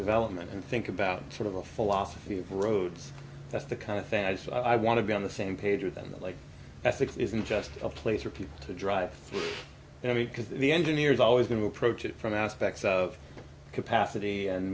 development and think about sort of the philosophy of roads that's the kind of thing as i want to be on the same page with them like essex isn't just a place for people to drive i mean because the engineer is always going to approach it from aspects of capacity and